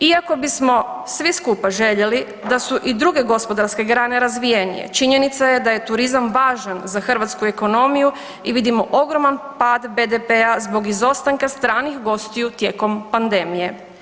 Iako bismo svi skupa željeli da su i druge gospodarske grane razvijenije, činjenica je da je turizam važan za hrvatsku ekonomiju i vidimo ogroman pad BDP-a zbog izostanke stranih gostiju tijekom pandemije.